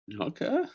Okay